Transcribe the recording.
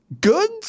good